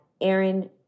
Aaron